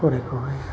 गरायखौहाय